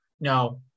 No